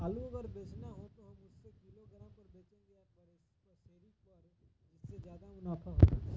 आलू अगर बेचना हो तो हम उससे किलोग्राम पर बचेंगे या पसेरी पर जिससे ज्यादा मुनाफा होगा?